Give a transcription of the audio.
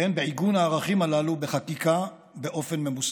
והן בעיגון הערכים הללו בחקיקה באופן ממוסד.